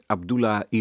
Abdullah